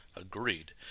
Agreed